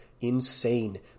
insane